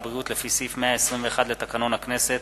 הרווחה והבריאות לפי סעיף 121 לתקנון הכנסת